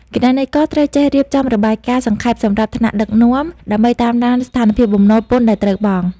គណនេយ្យករត្រូវចេះរៀបចំរបាយការណ៍សង្ខេបសម្រាប់ថ្នាក់ដឹកនាំ ដើម្បីតាមដានស្ថានភាពបំណុលពន្ធដែលត្រូវបង់។